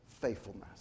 faithfulness